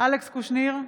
אלכס קושניר,